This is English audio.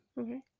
Okay